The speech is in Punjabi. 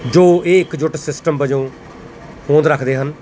ਜੋ ਇਹ ਇੱਕਜੁੱਟ ਸਿਸਟਮ ਵਜੋਂ ਹੋਂਦ ਰੱਖਦੇ ਹਨ